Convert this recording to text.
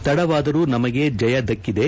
ತಡವಾದರೂ ನಮಗೆ ಜಯ ದಕ್ಕಿದೆ